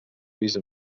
avisa